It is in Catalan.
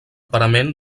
parament